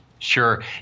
Sure